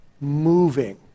moving